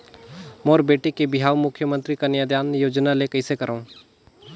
मोर बेटी के बिहाव मुख्यमंतरी कन्यादान योजना ले कइसे करव?